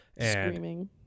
Screaming